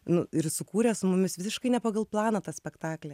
nu ir sukūrė su mumis visiškai ne pagal planą tą spektaklį